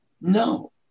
No